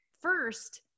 first